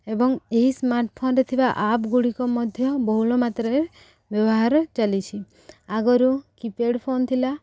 ଏବଂ ଏହି ସ୍ମାର୍ଟଫୋନ୍ରେ ଥିବା ଆପ୍ ଗୁଡ଼ିକ ମଧ୍ୟ ବହୁଳ ମାତ୍ରାରେ ବ୍ୟବହାର ଚାଲିଛି ଆଗରୁ କିପ୍ୟାଡ଼୍ ଫୋନ୍ ଥିଲା